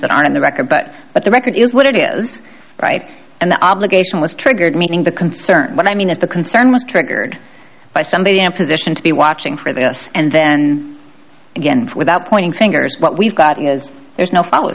that aren't in the record but but the record is what it is right and the obligation was triggered meeting the concern but i mean if the concern was triggered by somebody in position to be watching for this and then again without pointing fingers what we've gotten is there's no follow